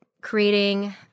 creating